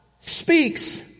speaks